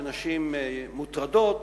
ונשים מוטרדות,